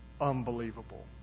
unbelievable